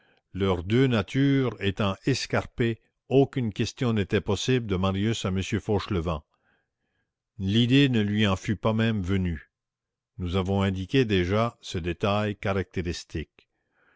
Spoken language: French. leurs deux natures étant escarpées aucune question n'était possible de marius à m fauchelevent l'idée ne lui en fût pas même venue nous avons indiqué déjà ce détail caractéristique